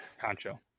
concho